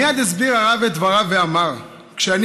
מייד הסביר הרב את דבריו ואמר: כשאני